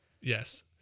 Yes